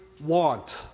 want